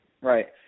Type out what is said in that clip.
Right